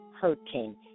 hurting